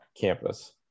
Campus